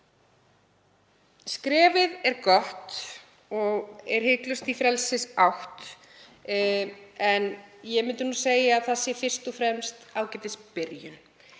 Skrefið er gott og í frelsisátt en ég myndi segja að það sé fyrst og fremst ágætisbyrjun,